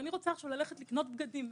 אני רוצה עכשיו ללכת לקנות בגדים,